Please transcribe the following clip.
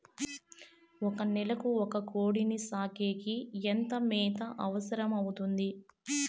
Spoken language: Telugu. ఒక నెలకు ఒక కోడిని సాకేకి ఎంత మేత అవసరమవుతుంది?